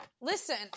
listen